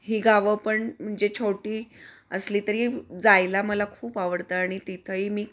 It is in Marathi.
ही गावं पण म्हणजे छोटी असली तरी जायला मला खूप आवडतं आणि तिथंही मी